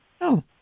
No